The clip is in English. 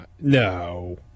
No